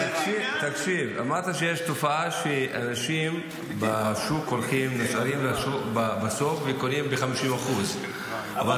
אמרת שיש תופעה שאנשים בשוק נשארים לסוף וקונים ב-50% אתה